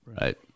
Right